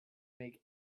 make